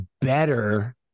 better